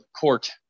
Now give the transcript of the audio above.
court